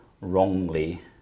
wrongly